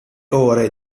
ore